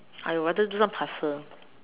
I would rather do some puzzle